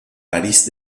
parís